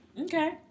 Okay